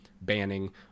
banning